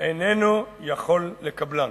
איננו יכול לקבלן,